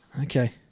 okay